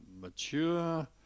mature